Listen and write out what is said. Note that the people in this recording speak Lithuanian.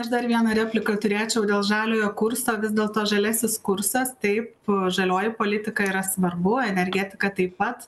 aš dar vieną repliką turėčiau dėl žaliojo kurso vis dėlto žaliasis kursas taip žalioji politika yra svarbu energetika taip pat